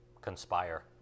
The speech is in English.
conspire